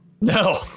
No